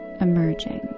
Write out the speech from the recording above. emerging